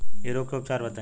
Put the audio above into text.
इ रोग के उपचार बताई?